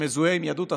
שמזוהה עם יהדות התורה,